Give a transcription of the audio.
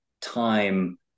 time